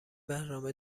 برنامه